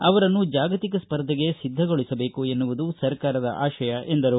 ಅವರನ್ನು ಜಾಗತಿಕ ಸ್ಪರ್ಧೆಗೆ ಸಿದ್ದಗೊಳಿಸಬೇಕು ಎನ್ನುವುದು ಸರ್ಕಾರದ ಆಶಯ ಎಂದರು